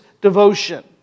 devotion